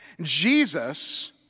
Jesus